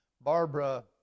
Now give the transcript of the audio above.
Barbara